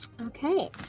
Okay